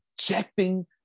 rejecting